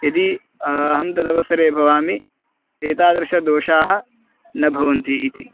यदि अहं तदवसरे भवामि एतादृशदोषाः न भवन्ति इति